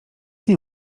nie